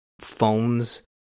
phones